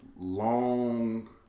long